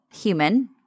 human